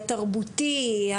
התרבותי,